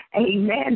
Amen